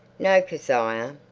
no, kezia.